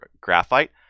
graphite